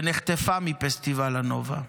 נחטפה מפסטיבל הנובה,